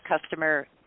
customer